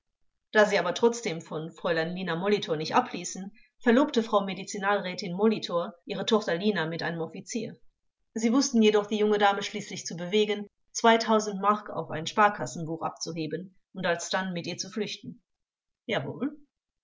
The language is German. da sie aber trotzdem von fräulein lina molitor nicht abließen verlobte frau medizinalrätin molitor litor ihre tochter lina mit einem offizier sie wußten jedoch die junge dame schließlich zu bewegen zwei mark auf ein sparkassenbuch abzuheben und alsdann mit ihr zu flüchten angekl jawohl